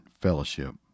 fellowship